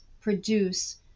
produce